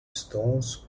stones